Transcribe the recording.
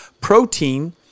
protein